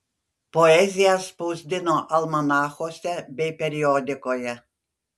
poeziją spausdino almanachuose bei periodikoje